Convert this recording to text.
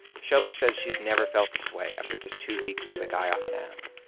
shelby says she's never felt this way after just two weeks with a guy off an app.